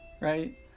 right